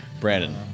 brandon